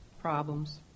problems